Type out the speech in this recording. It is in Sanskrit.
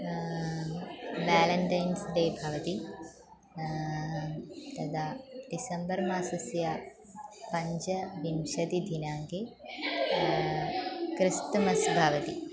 वेलेण्टैन्स् डे भवति तदा डिसेम्बर् मासस्य पञ्चविंशतिदिनाङ्के क्रिस्त्मस् भवति